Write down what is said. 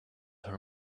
her